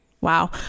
Wow